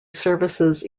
services